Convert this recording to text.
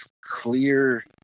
clear